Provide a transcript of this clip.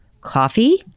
coffee